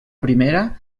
primera